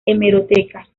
hemeroteca